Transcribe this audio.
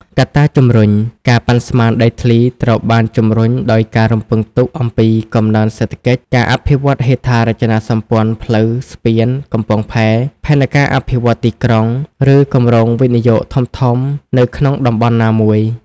កត្តាជំរុញ ការប៉ាន់ស្មានដីធ្លីត្រូវបានជំរុញដោយការរំពឹងទុកអំពីកំណើនសេដ្ឋកិច្ច ការអភិវឌ្ឍហេដ្ឋារចនាសម្ព័ន្ធ ផ្លូវ ស្ពាន កំពង់ផែ ផែនការអភិវឌ្ឍន៍ទីក្រុង ឬគម្រោងវិនិយោគធំៗនៅក្នុងតំបន់ណាមួយ។